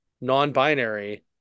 non-binary